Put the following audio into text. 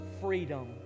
freedom